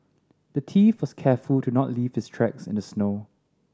the thief was careful to not leave his tracks in the snow